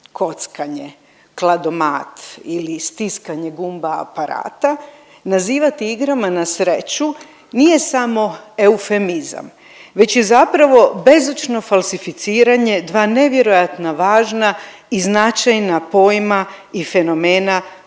kockanje, kladomat ili stiskanje gumba aparata nazivati igrama na sreću nije samo eufemizam već je zapravo bezočno falsificiranje dva nevjerojatna važna i značajna pojma i fenomena